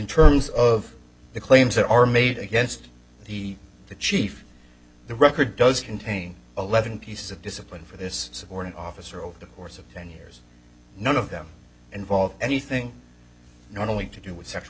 terms of the claims that are made against he the chief the record does contain eleven pieces of discipline for this support officer over the course of ten years none of them involve anything known only to do with sexual